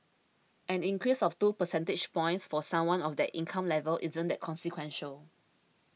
an increase of two percentage points for someone of that income level isn't that consequential